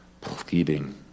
pleading